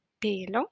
pelo